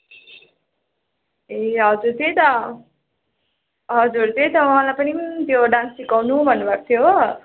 ए हजुर त्यही त हजुर त्यही त उहाँलाई पनि त्यो डान्स सिकाउनु भन्नु भएको थियो हो